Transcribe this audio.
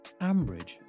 Ambridge